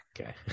okay